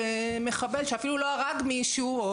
למחבל שאפילו לא הרג מישהו",